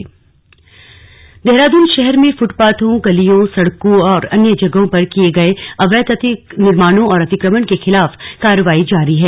slug अतिक्रमण देहरादून शहर में फूटपाथों गलियों सड़कों और अन्य जगहों पर किये गये अवैघ निर्माणों और अतिक्रमण के खिलाफ कार्रवाई जारी है